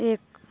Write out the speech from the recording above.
एक